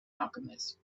alchemist